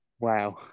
Wow